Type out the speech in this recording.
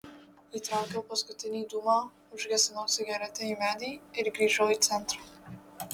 įtraukiau paskutinį dūmą užgesinau cigaretę į medį ir grįžau į centrą